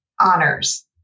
Honors